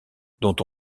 dont